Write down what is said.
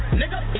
nigga